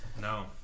No